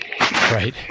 Right